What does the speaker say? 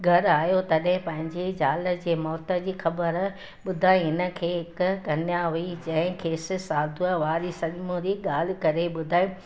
घर आयो तॾहिं पंहिंजे ज़ाल जे मौत जी ख़बर ॿुधईं इन खे हिकु कन्या हुई जंहिं ख़ेसि साधूअ वारी सम्हूरी ॻाल्हि करे ॿुधांई